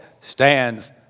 stands